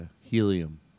Helium